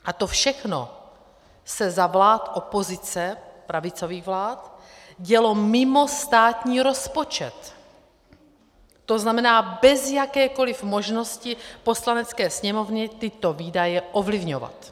A to všechno se za vlád opozice, pravicových vlád, dělo mimo státní rozpočet, to znamená bez jakékoli možnosti Poslanecké sněmovny tyto výdaje ovlivňovat.